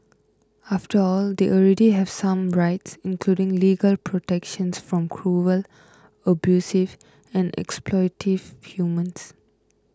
after all they already have some rights including legal protections from cruel abusive or exploitative humans